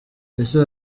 ese